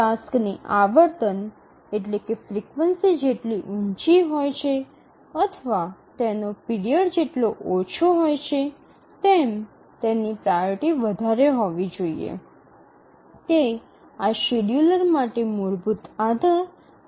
ટાસ્કની આવર્તન જેટલી ઊંચી હોય છે અથવા તેનો પીરિયડ જેટલો ઓછો હોય છે તેમ તેની પ્રાઓરિટી વધારે હોવી જોઈએ તે આ શેડ્યૂલર માટે મૂળભૂત આધાર અથવા મૂળ અલ્ગોરિધમ છે